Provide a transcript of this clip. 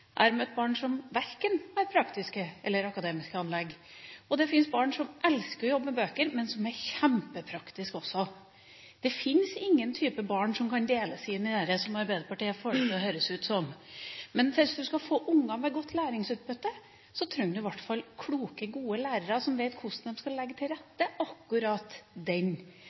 jeg har møtt barn som har verken praktiske eller akademiske anlegg. Det fins barn som elsker å jobbe med bøker, men som også er kjempepraktiske. Det fins ingen type barn som kan deles inn slik som Arbeiderpartiet får det til å høres ut som. Men hvis man skal få unger med godt læringsutbytte, trenger man i hvert fall gode, kloke lærere som vet hvordan de skal legge til rette akkurat den